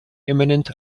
imminent